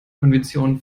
konvention